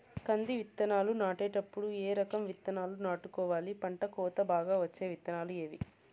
కంది విత్తనాలు నాటేటప్పుడు ఏ రకం విత్తనాలు నాటుకోవాలి, పంట కోత బాగా వచ్చే విత్తనాలు ఏవీ?